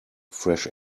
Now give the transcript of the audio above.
fresh